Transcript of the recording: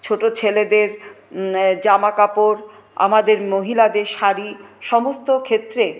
ছোটো ছেলেদের জামাকাপড় আমাদের মহিলাদের শাড়ি সমস্ত ক্ষেত্রে